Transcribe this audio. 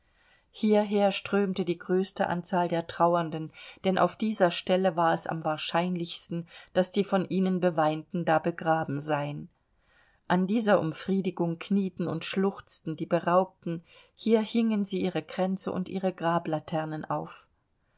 hierher strömte die größte anzahl der trauernden denn auf dieser stelle war es am wahrscheinlichsten daß die von ihnen beweinten da begraben seien an dieser umfriedigung knieten und schluchzten die beraubten hier hingen sie ihre kränze und ihre grablaternen auf